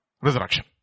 resurrection